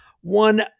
one